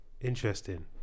Interesting